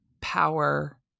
power